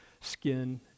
skin